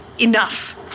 Enough